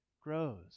grows